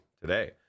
today